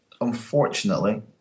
unfortunately